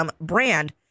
brand